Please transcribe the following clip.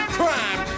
crime